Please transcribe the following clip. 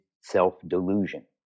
self-delusion